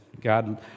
God